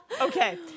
Okay